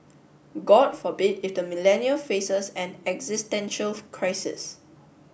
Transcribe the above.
god forbid it the Millennial faces an existential crisis